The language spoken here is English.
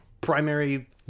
primary